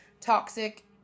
toxic